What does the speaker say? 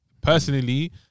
personally